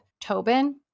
Tobin